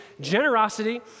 generosity